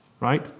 Right